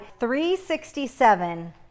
367